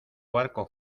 barco